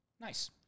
Nice